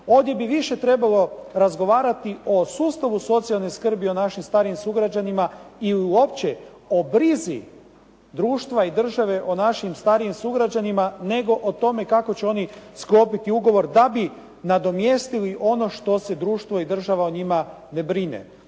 Ovdje bi više trebalo razgovarati o sustavu socijalne skrbi o našim starijim sugrađanima ili uopće o brizi društva i države o našim starijim sugrađanima nego o tome kako će oni sklopiti ugovor da bi nadomjestili ono što se društvo i država o njima ne brine.